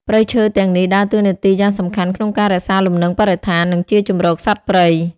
ព្រៃឈើទាំងនេះដើរតួនាទីយ៉ាងសំខាន់ក្នុងការរក្សាលំនឹងបរិស្ថាន និងជាជម្រកសត្វព្រៃ។